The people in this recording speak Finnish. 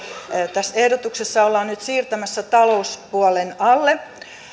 tässä ehdotuksessa ollaan nyt siirtämässä talouspuolen alle